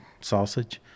sausage